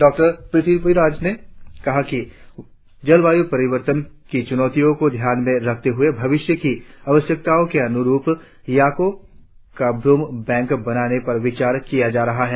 doctor Prithviraj ने कहा कि जलवायु परिवर्तन की चुनौतियों को ध्यान में रखते हुए भविष्य की आवश्यकताओ के अनुरुप याकों का भ्रूण बैंक बनाने पर विचार किया जा रहा है